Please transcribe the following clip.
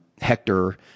hector